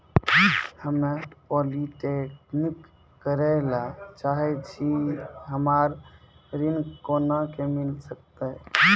हम्मे पॉलीटेक्निक करे ला चाहे छी हमरा ऋण कोना के मिल सकत?